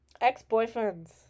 Ex-boyfriends